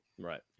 Right